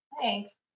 Thanks